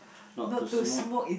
not to smoke